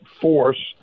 force